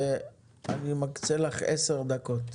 אני מקצה לך עשר דקות.